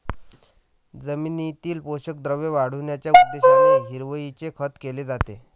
जमिनीतील पोषक द्रव्ये वाढविण्याच्या उद्देशाने हिरवळीचे खत केले जाते